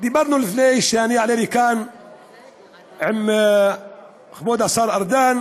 לפני שעליתי לכאן דיברנו עם כבוד השר ארדן,